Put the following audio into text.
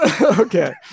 Okay